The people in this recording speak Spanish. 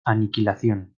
aniquilación